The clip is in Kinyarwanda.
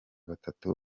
batatu